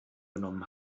genommen